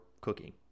cooking